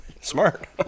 smart